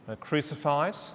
crucified